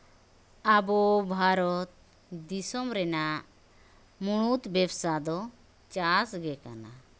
ᱟᱵᱚ ᱵᱷᱟᱨᱚᱛ ᱫᱤᱥᱚᱢ ᱨᱮᱱᱟᱜ ᱢᱩᱲᱩᱛ ᱵᱮᱵᱽᱥᱟ ᱫᱚ ᱪᱟᱥ ᱜᱮ ᱠᱟᱱᱟ